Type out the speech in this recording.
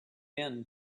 been